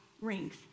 rings